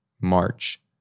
March